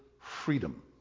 freedom